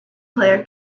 player